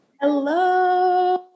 Hello